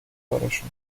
کارشون